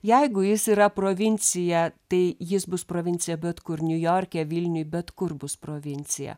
jeigu jis yra provincija tai jis bus provincija bet kur niujorke vilniuj bet kur bus provincija